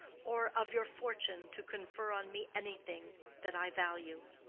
or of your fortune, to confer on me anything that i value.